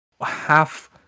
half